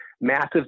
massive